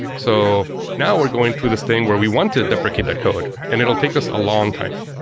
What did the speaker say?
so now we're going to this thing where we want to deprecate that code and it will take us a long time.